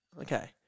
Okay